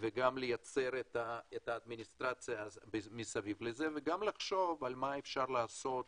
ולייצר את האדמיניסטרציה מסביב לזה וגם לחשוב מה אפשר לעשות